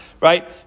right